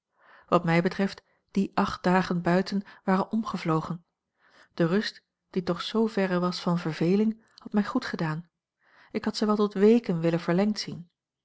wat mij betreft die acht dagen buiten waren omgevlogen de rust die toch zooverre was van verveling had mij goed gedaan ik had ze wel tot weken willen verlengd zien